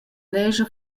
lescha